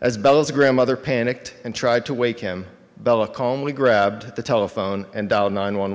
as both a grandmother panicked and tried to wake him bella calmly grabbed the telephone and nine one